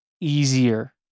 easier